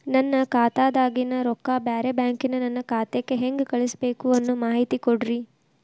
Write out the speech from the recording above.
ನನ್ನ ಖಾತಾದಾಗಿನ ರೊಕ್ಕ ಬ್ಯಾರೆ ಬ್ಯಾಂಕಿನ ನನ್ನ ಖಾತೆಕ್ಕ ಹೆಂಗ್ ಕಳಸಬೇಕು ಅನ್ನೋ ಮಾಹಿತಿ ಕೊಡ್ರಿ?